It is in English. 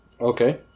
Okay